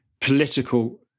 political